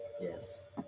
Yes